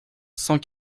cent